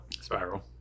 Spiral